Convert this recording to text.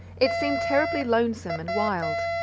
it seemed terribly lonesome and wild.